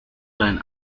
deinen